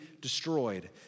destroyed